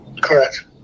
Correct